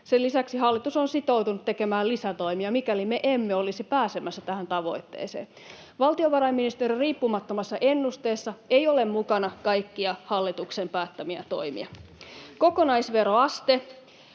Sen lisäksi hallitus on sitoutunut tekemään lisätoimia, mikäli me emme olisi pääsemässä tähän tavoitteeseen. Valtiovarainministeriön riippumattomassa ennusteessa ei ole mukana kaikkia hallituksen päättämiä toimia. Kokonaisveroaste: